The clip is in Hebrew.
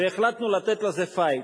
והחלטנו לתת בזה "פייט".